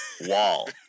wall